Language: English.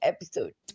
Episode